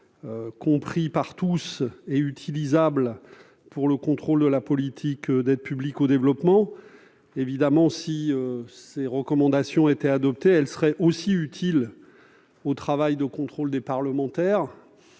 compréhensible par tous et utilisable pour le contrôle de la politique d'aide publique au développement. Si ces recommandations étaient adoptées, elles seraient aussi utiles au travail de contrôle des parlementaires